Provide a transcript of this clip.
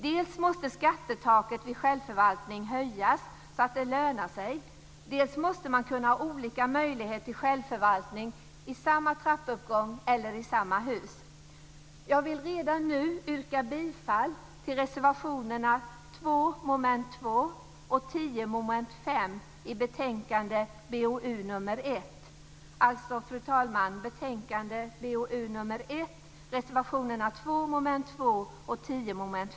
Dels måste skattetaket vid självförvaltning höjas så att det lönar sig, dels måste man kunna ha olika möjlighet till självförvaltning i samma trappuppgång eller i samma hus. Jag vill redan nu yrka bifall till reservation 2 under mom. 2 och reservation 10 under mom. 5 i betänkande BoU1.